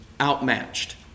outmatched